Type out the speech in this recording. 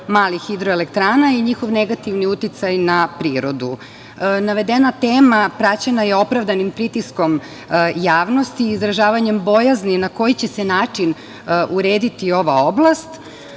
hidroelektrana i njihov negativni uticaj na prirodu. Navedena tema praćena je opravdanim pritiskom javnosti i izražavanjem bojazni na koji će se način urediti ova oblast. Naime,